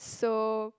so